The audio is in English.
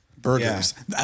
Burgers